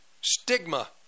stigma